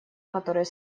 который